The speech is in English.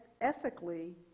ethically